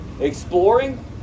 exploring